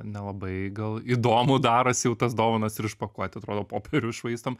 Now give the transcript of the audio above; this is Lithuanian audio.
nelabai gal įdomu daros jau tas dovanas ir išpakuot atrodo popierių švaistom